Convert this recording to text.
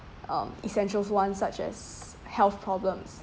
uh essentials ones such as health problems